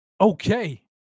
okay